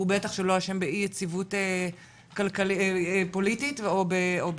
והוא בטח שלא אשם באי יציבות פוליטית או במגיפה.